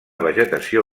vegetació